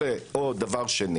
או דבר שני